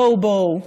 בואו, בואו".